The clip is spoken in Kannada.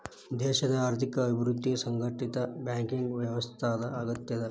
ದೇಶದ್ ಆರ್ಥಿಕ ಅಭಿವೃದ್ಧಿಗೆ ಸುಸಂಘಟಿತ ಬ್ಯಾಂಕಿಂಗ್ ವ್ಯವಸ್ಥಾದ್ ಅಗತ್ಯದ